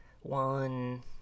One